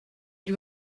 lui